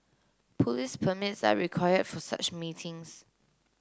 police permits are require for such meetings